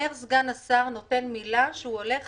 סגן השר נותן פה מילה שהוא הולך